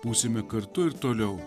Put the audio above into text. būsime kartu ir toliau